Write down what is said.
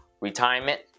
Retirement